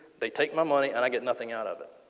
they take my money and i get nothing out of it.